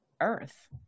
earth